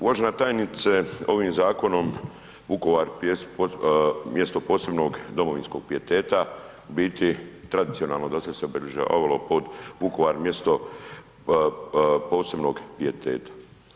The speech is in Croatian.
Uvažena tajnice ovim zakonom Vukovar mjesto posebnog domovinskog pijeteta biti tradicionalno dosada se obilježavalo pod Vukovar mjesto posebnog pijeteta.